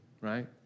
right